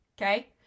okay